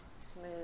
smooth